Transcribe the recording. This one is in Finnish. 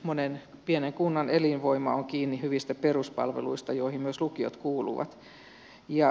monen pienen kunnan elinvoima on kiinni hyvistä peruspalveluista joihin myös lukiot kuuluvat